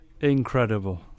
Incredible